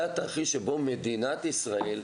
זה התרחיש שבו מדינת ישראל,